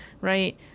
right